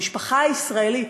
המשפחה הישראלית,